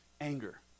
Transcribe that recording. Anger